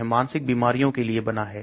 यह मानसिक बीमारियों के लिए बना है